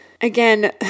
Again